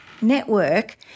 network